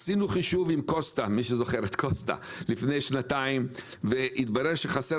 עשינו חישוב עם קוסטה לפני שנתיים והתברר שחסרים